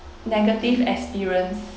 negative experience